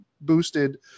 boosted